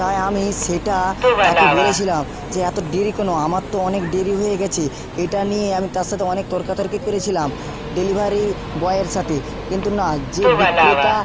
তাই আমি সেটা তাকে বলেছিলাম যে এতো দেরি কেন আমার তো অনেক দেরি হয়ে গেছে এটা নিয়ে আমি তার সাথে অনেক তর্কাতর্কি করেছিলাম ডেলিভারি বয়ের সাথে কিন্তু না যে বিক্রেতা